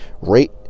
rate